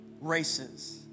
races